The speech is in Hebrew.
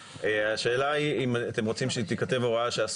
השאלה היא אם אתם רוצים שתיכתב הוראה,